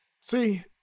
See